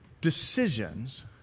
decisions